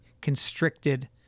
constricted